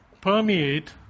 permeate